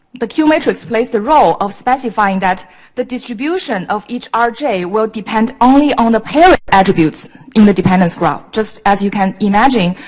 the queue matrix plays the role of specifying that the distribution of each um rj will depend only on the parent attributes in the dependents graph. just as you can imagine.